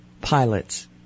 pilots